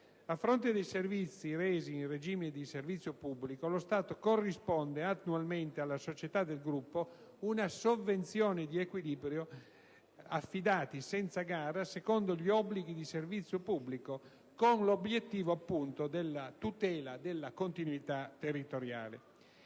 A fronte dei servizi resi in regime di servizio pubblico, lo Stato corrisponde annualmente alle società del gruppo una sovvenzione di equilibrio affidati, senza gara, secondo gli obblighi di servizio pubblico, con l'obiettivo di tutela della continuità territoriale.